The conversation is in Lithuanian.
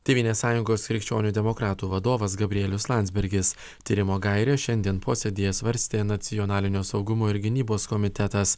tėvynės sąjungos krikščionių demokratų vadovas gabrielius landsbergis tyrimo gaires šiandien posėdyje svarstė nacionalinio saugumo ir gynybos komitetas